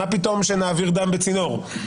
מה פתאום שנעביר דם בצינור".